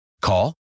Call